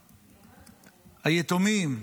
היתומים.